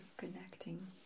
connecting